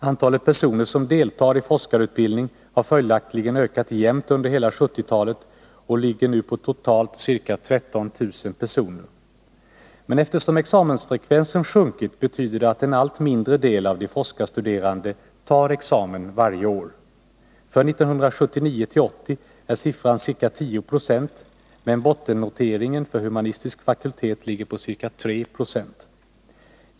Antalet personer som deltar i forskarutbildning har följaktligen ökat jämnt under hela 1970-talet och ligger nu på totalt ca 13000 personer. Men eftersom examensfrekvensen sjunkit betyder det att en allt mindre andel av forskarstuderandena tar examen varje år. För 1979/80 är siffran ca 10 9e, men bottennoteringen för humanistisk fakultet ligger på ca 3 20.